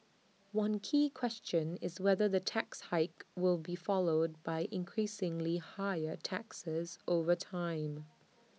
one key question is whether the tax hike will be followed by increasingly higher taxes over time